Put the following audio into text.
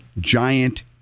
giant